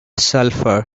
sulfur